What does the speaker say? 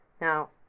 Now